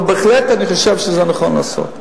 אבל בהחלט אני חושב שזה דבר שנכון לעשות.